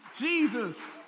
Jesus